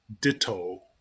Ditto